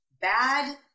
bad